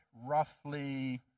roughly